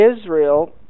israel